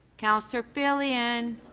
councillor filion.